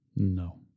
No